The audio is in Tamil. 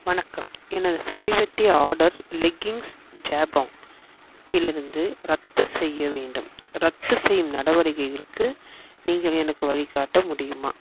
வணக்கம் எனது சமீபத்திய ஆடர் லெகிங்ஸ் ஜபோங் இலிருந்து ரத்து செய்ய வேண்டும் ரத்து செய்யும் நடவடிக்கைகளுக்கு நீங்கள் எனக்கு வழிகாட்ட முடியுமா